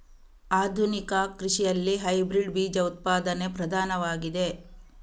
ಆಧುನಿಕ ಕೃಷಿಯಲ್ಲಿ ಹೈಬ್ರಿಡ್ ಬೀಜ ಉತ್ಪಾದನೆ ಪ್ರಧಾನವಾಗಿದೆ